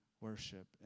worship